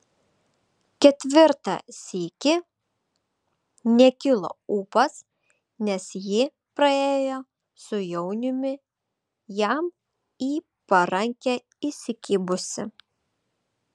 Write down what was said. ketvirtą sykį nekilo ūpas nes ji praėjo su jauniumi jam į parankę įsikibusi